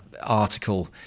article